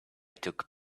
took